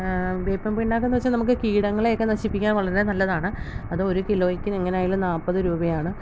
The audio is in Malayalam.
വേപ്പിൻ പിണ്ണാക്കെന്ന് വച്ചാൽ നമുക്ക് കീടങ്ങളെയൊക്കെ നശിപ്പിക്കാൻ വളരെ നല്ലതാണ് അതൊരു കിലോയ്ക്ക് എങ്ങനെ ആയാലും നാൽപ്പത് രൂപയാണ്